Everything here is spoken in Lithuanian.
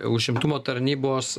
užimtumo tarnybos